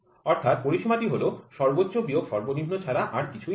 অর্থাৎ পরিসীমা টি হল সর্বোচ্চ বিয়োগ সর্বনিম্ন ছাড়া আর কিছুই নয়